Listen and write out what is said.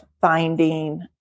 finding